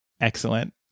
Excellent